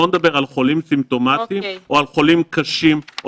בואי נדבר על חולים סימפטומטיים או על חולים קשים או